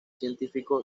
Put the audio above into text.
científico